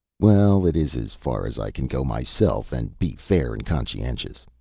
well, it is as far as i can go myself, and be fair and conscientious.